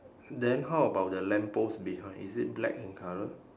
then how about the lamppost behind is it black in colour